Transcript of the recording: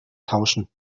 tauschen